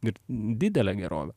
ir didele gerove